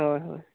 ᱦᱳᱭ ᱦᱳᱭ